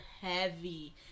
heavy